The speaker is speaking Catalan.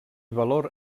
valor